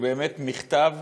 שהוא באמת מכתב